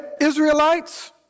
Israelites